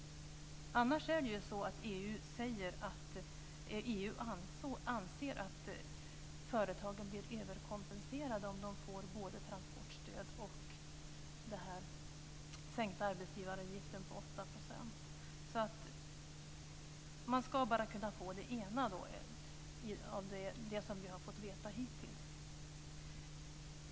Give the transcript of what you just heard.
Annars säger ju EU att EU anser att företagen blir överkompenserade om de får både transportstöd och en sänkt arbetsgivaravgift på 8 %. Man ska bara kunna få det ena, enligt vad vi har fått veta hittills.